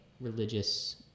religious